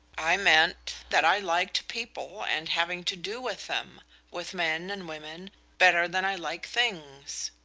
i meant that i liked people and having to do with them with men and women better than i like things.